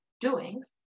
doings